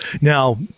Now-